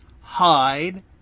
hide